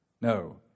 No